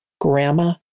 Grandma